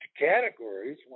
categories